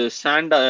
sand